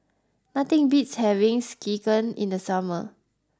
nothing beats having Sekihan in the summer